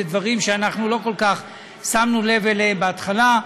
בדברים שאנחנו לא כל כך שמנו לב אליהם בהתחלה,